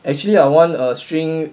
actually I want a string